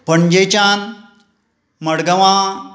पणजेच्यान मडगांवां